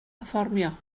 perfformio